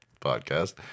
podcast